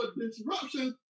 disruption